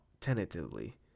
tentatively